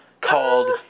called